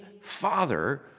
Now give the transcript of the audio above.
Father